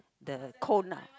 the cone ah